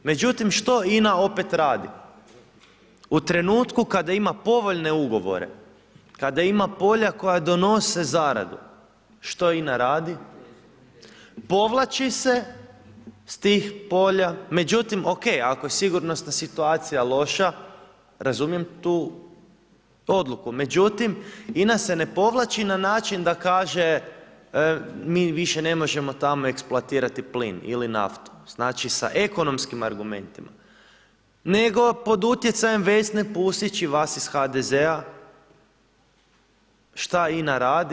Međutim što INA opet radi? u trenutku kada ima povoljne ugovore, kada ima polja koja donose zaradu, što INA radi? povlači se s tih polja, međutim ok ako je sigurnosna situacija loša razumijem tu odluku, međutim INA se ne povlači na način da kaže mi više ne možemo tamo eksploatirati plin ili naftu, znači sa ekonomskim argumentima nego pod utjecajem Vesne Pusić i vas iz HDZ-a šta INA radi?